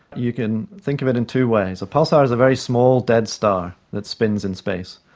you can think of it in two ways. a pulsar is very small, dead star that spins in space,